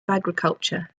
agriculture